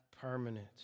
permanent